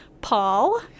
Paul